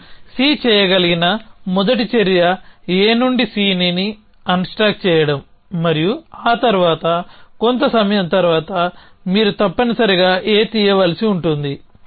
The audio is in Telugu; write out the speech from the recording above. మనం C చేయగలిగిన మొదటి చర్య A నుండి Cని అన్స్టాక్ చేయడం మరియు ఆ తర్వాత కొంత సమయం తర్వాత మీరు తప్పనిసరిగా A తీయవలసి ఉంటుంది